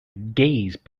gaze